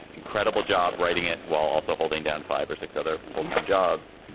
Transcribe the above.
incredible job writing it while also holding down five or six other full time jobs.